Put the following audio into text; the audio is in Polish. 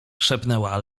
szepnęła